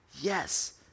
Yes